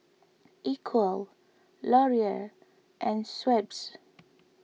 Equal Laurier and Schweppes